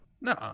No